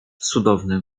cudowny